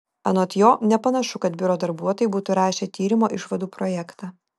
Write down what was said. anot jo nepanašu kad biuro darbuotojai būtų rašę tyrimo išvadų projektą